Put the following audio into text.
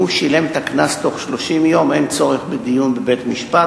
אם הוא שילם את הקנס בתוך 30 יום אין צורך בדיון בבית-משפט,